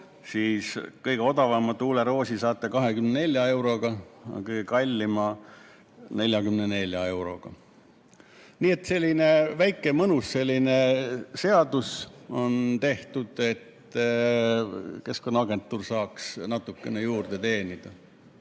on? Kõige odavama tuuleroosi saate 24 euroga, kõige kallima 44 euroga. Nii et selline väike mõnus seadus on tehtud, et Keskkonnaagentuur saaks natuke juurde teenida. Aga